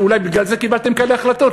אולי בגלל זה קיבלתם כאלה החלטות,